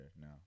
no